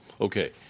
Okay